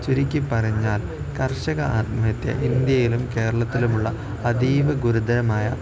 ചുരുക്കി പറഞ്ഞാൽ കർഷക ആത്മഹത്യ ഇന്ത്യയിലും കേരളത്തിലുമുള്ള അധീവ ഗുരുതരമായ